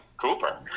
Cooper